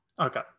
Okay